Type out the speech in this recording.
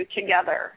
together